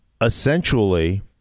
essentially –